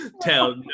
tell